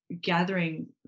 gathering